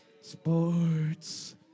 Sports